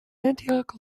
antioch